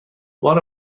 بار